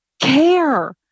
care